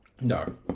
No